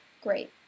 Great